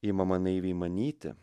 imama naiviai manyti